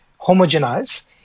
homogenize